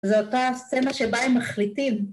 זו אותה הסצנה שבה הם מחליטים.